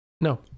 No